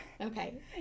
Okay